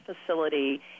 facility